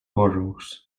boroughs